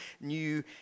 new